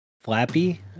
flappy